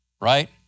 right